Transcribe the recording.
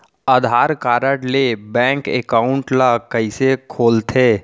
आधार card ले bank account ल कइसे खोलथे?